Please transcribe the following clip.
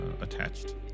attached